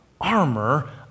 armor